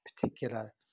particular